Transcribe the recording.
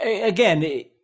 again